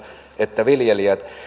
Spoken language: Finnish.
että viljelijät